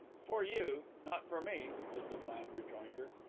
for you not for me, was the bland rejoinder.